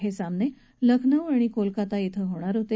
हे सामने लखनौ आणि कोलकत्ता इथं होणार होते